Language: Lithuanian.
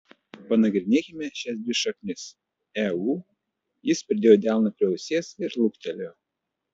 panagrinėkime šias dvi šaknis eu jis pridėjo delną prie ausies ir luktelėjo